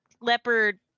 leopard